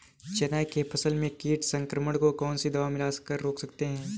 चना के फसल में कीट संक्रमण को कौन सी दवा मिला कर रोकते हैं?